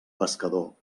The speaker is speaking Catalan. pescador